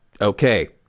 okay